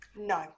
No